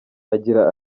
agira